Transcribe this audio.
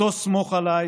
אותו 'סמוך עליי',